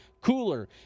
cooler